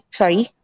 sorry